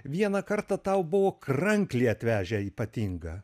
vieną kartą tau buvo kranklį atvežę ypatingą